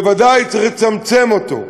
ובוודאי צריך לצמצם אותו.